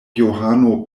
johano